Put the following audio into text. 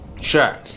Sure